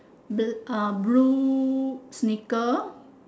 bl uh blue sneaker